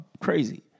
crazy